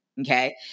Okay